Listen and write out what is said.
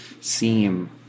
seem